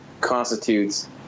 constitutes